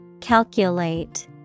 Calculate